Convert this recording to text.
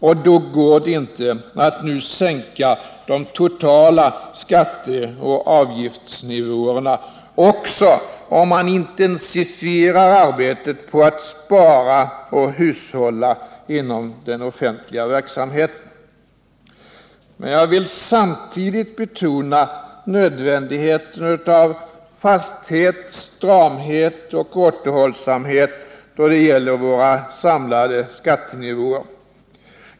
Och då går det inte att nu sänka de totala skatteoch avgiftsnivåerna ens om man intensifierar arbetet på att spara och hushålla inom den offentliga verksamheten. Men jag vill samtidigt betona nödvändigheten av fasthet, stramhet och återhållsamhet då det gäller våra samlade skattenivåer.